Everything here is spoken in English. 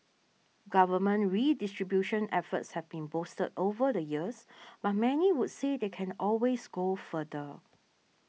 government redistribution efforts have been boosted over the years but many would say they can always go further